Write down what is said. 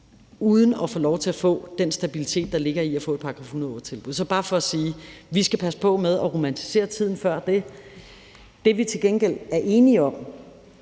uden at få lov til at få den stabilitet, der ligger i at få et § 108-tilbud. Det er bare for at sige, at vi skal passe på med at romantisere tiden før det. Det, vi til gengæld er enige om